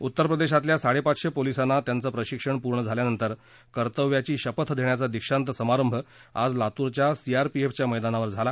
उत्तरप्रदेशातल्या साडेपाचशे पोलिसांना त्यांचं प्रशिक्षण पूर्ण झाल्यानंतर कर्तव्याची शपथ देण्याचा दिक्षांत समारंभ आज लातूरच्या सीआरपीएफच्या मैदानावर झाला